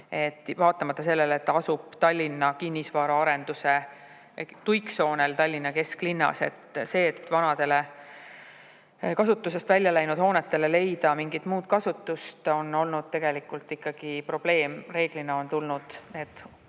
vaatamata sellele, et ta asub Tallinna kinnisvaraarenduse tuiksoonel Tallinna kesklinnas. See, et vanadele, kasutusest välja läinud hoonetele leida mingit muud kasutust, on olnud tegelikult ikkagi probleem. Reeglina on tulnud nad